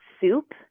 soup